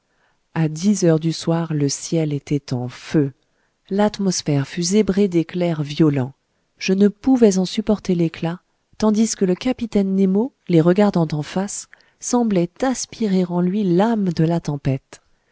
a dix heures du soir le ciel était en feu l'atmosphère fut zébrée d'éclairs violents je ne pouvais en supporter l'éclat tandis que le capitaine nemo les regardant en face semblait aspirer en lui l'âme de la tempête